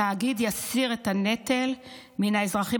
התאגיד יסיר את הנטל מן האזרחים